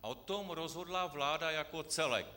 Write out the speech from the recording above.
O tom rozhodla vláda jako celek.